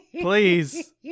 Please